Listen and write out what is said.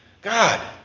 God